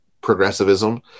progressivism